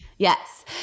Yes